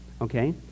Okay